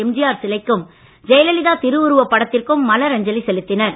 எம்ஜிஆர் சிலைக்கும் ஜெயலலிதா திருவுருவப் படத்திற்கும் மலர் அஞ்சலி செலுத்தினர்